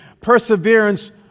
perseverance